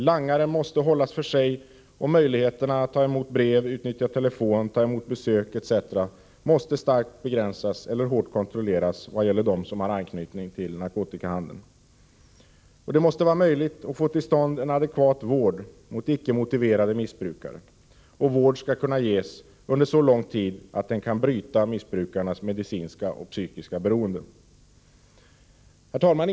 Langare måste hållas för sig, och möjligheterna att ta emot brev, utnyttja telefon, ta emot besök etc. måste starkt begränsas eller hårt kontrolleras i vad gäller dem som har anknytning till narkotikahandeln. Det måste vara möjligt att få till stånd en adekvat vård mot icke motiverade missbrukare. Vård skall kunna ges under så lång tid att den kan bryta missbrukarnas medicinska och psykiska beroende. Herr talman!